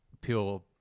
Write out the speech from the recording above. pure